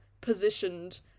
positioned